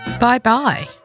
bye-bye